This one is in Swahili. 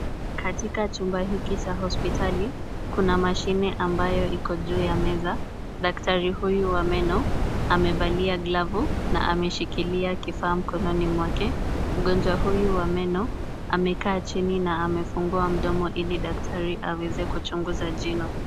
Katika chumba hiki cha hospitali, kuna mashine ambayo iko juu ya meza, daktari huyu wa meno amevalia glavu na ameshikilia kifaa mkononi mwake. Mgonjwa huyu wa meno amekaa chini na amefungua mdomo ili daktari aweze kuchunguza jino.